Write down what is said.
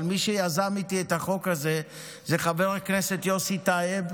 אבל מי שיזם איתי את החוק הזה הוא חבר הכנסת יוסי טייב,